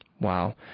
wow